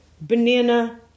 banana